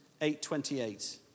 8.28